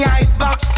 icebox